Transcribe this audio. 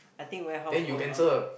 I think warehouse work ah